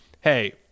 hey